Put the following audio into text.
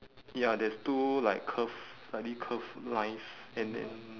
ya there's two like curved slightly curved lines and then